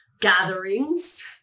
gatherings